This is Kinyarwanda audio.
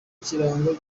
kirango